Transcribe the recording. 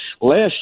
Last